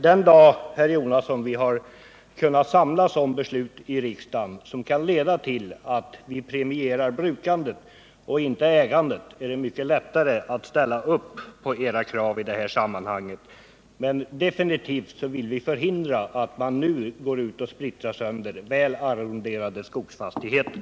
Den dag, herr Jonasson, då vi har kunnat samla oss till ett beslut i riksdagen som kan leda till att vi premierar brukandet och inte ägandet, blir det mycket lättare att ställa upp på era krav i det här sammanhanget. Men vi vill definitivt förhindra att man nu splittrar väl arronderade skogsfastigheter.